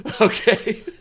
Okay